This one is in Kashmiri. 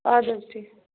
اَدٕ حظ ٹھیٖک